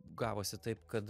gavosi taip kad